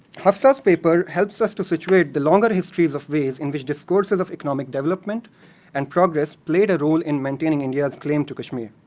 hafsa's paper helps us to situate the longer histories of ways in which discourses of economic development and progress played a role in maintaining india's claim to kashmir.